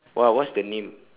wha~ what's the name